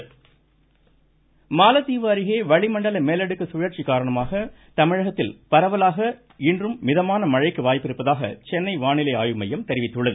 மழை மாலத்தீவு அருகே வளிமண்டல மேலடுக்கு சுழற்சி காரணமாக தமிழகத்தில் பரவலாக இன்றும் மிதமான மழைக்கு வாய்ப்பிருப்பதாக சென்னை வானிலை ஆய்வு மையம் தெரிவித்துள்ளது